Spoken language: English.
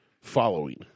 following